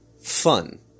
fun